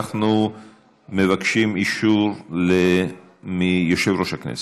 אנחנו מבקשים אישור מיושב-ראש הכנסת.